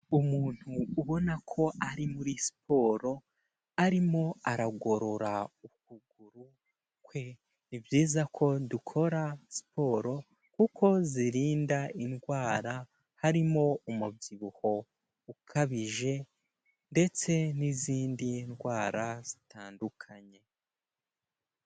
Umuntu ubona ko ari muri siporo, arimo aragorora ukuguru kwe, ni byiza ko dukora siporo kuko zirinda indwara harimo umubyibuho ukabije ndetse n'izindi ndwara zitandukanye.